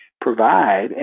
provide